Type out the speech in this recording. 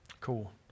cool